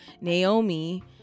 naomi